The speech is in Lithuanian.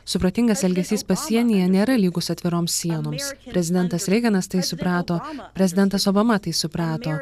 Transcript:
supratingas elgesys pasienyje nėra lygus atviroms sienoms prezidentas reiganas tai suprato prezidentas obama tai suprato